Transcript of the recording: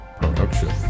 production